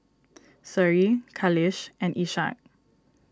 Seri Khalish and Ishak